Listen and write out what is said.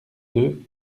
deux